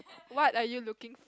what are you looking